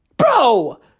Bro